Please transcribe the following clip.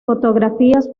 fotografías